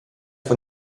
von